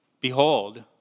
Behold